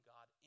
God